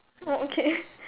oh okay